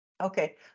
Okay